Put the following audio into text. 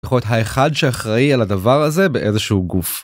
‫האחד שאחראי על הדבר הזה ‫באיזשהו גוף.